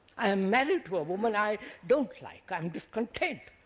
i am married to a woman i don't like, i am discontent.